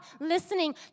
listening